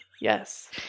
Yes